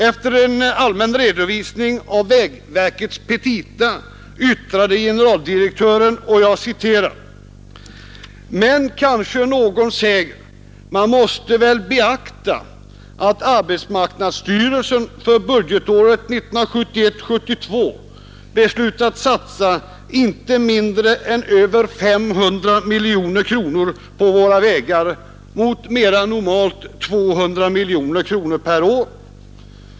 Efter en allmän redovisning av vägverkets petita yttrade generaldirektören: ”Men kanske någon säger, man måste väl beakta att arbetsmarknadsstyrelsen för budgetåret 1971 år.